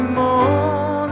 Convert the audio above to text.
more